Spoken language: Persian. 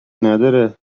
نداره